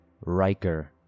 Riker